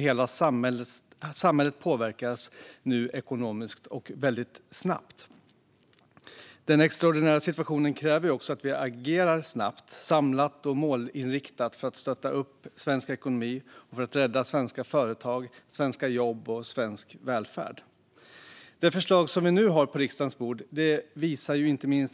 Hela samhället påverkas nu ekonomiskt väldigt snabbt. Den extraordinära situationen kräver att vi också agerar snabbt, samlat och målinriktat för att stötta svensk ekonomi och för att rädda svenska företag, svenska jobb och svensk välfärd. Det förslag som vi nu har på riksdagens bord visar